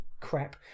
crap